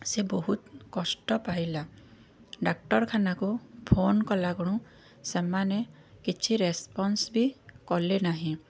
ସେ ବହୁତ କଷ୍ଟ ପାଇଲା ଡାକ୍ଟରଖାନାକୁ ଫୋନ୍ କଲାଖୁଣୁ ସେମାନେ କିଛି ରେସ୍ପନ୍ସ୍ ବି କଲେ ନାହିଁ